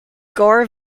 gore